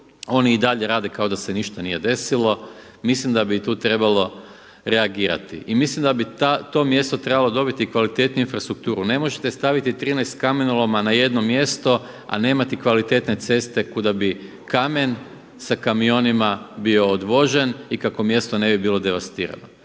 oni i dalje rade kao da se ništa nije desilo. Mislim da bi i tu trebalo reagirati. I mislim da bi to mjesto trebalo dobiti i kvalitetniju infrastrukturu. Ne možete staviti 13 kamenoloma na jedno mjesto a nemati kvalitetne ceste kuda bi kamen sa kamionima bio odvožen i kako mjesto ne bi bilo devastirano.